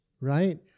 right